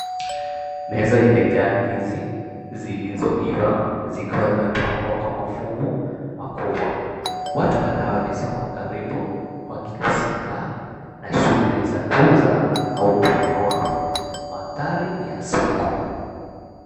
Meza imejaa ndizi, zilizoiva, zikiwa zimepangwa kwa mafungu makubwa. Watu kadhaa wamesimama karibu wakihusika na shughuli za kuuza au kununua. Mandhari ni ya soko.